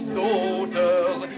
daughters